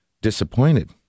disappointed